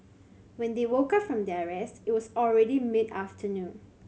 when they woke up from their rest it was already mid afternoon